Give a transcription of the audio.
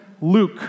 Luke